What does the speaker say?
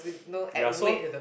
ya so